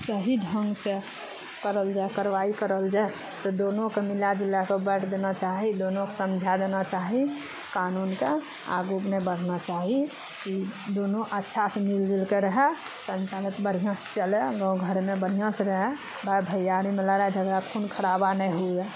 सही ढङ्ग से करल जाए करवाइ करल जाए तऽ दोनो के मिला जुला कऽ बैसा देना चाही दुनूके समझा देना चाही कानूनके आगू नहि बढ़ना चाही कि दोनो अच्छा से मिलजुलके रहय संचालित बढ़िऑं से चलय गाँव घरमे बढ़िऑं से रहय भाइ भैयारी मे लड़ाइ झगड़ा खून खराबा नहि हुए